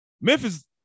Memphis